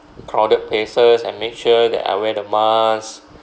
crowded places and make sure that I wear the masks